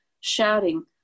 shouting